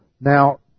Now